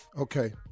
Okay